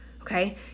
okay